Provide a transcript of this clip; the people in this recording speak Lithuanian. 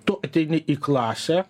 tu ateini į klasę